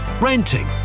renting